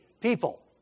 people